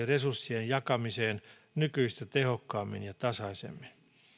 resurssien jakamiseen nykyistä tehokkaammin ja tasaisemmin